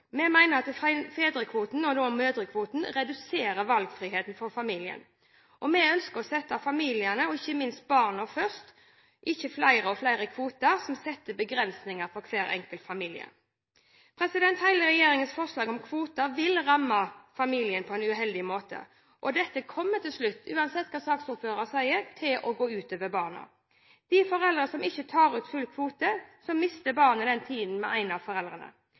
Vi mener at fedrekvoten, og nå mødrekvoten, reduserer valgfriheten for familiene. Vi ønsker å sette familiene – og ikke minst barna – først, ikke å få flere og flere kvoter som setter begrensninger for hver enkelt familie. Hele regjeringens forslag om kvoter vil ramme familien på en uheldig måte, og det kommer til slutt – uansett hva saksordføreren sier – til å gå ut over barna. Hvis foreldrene ikke tar ut full kvote, mister barnet tid med den ene av foreldrene.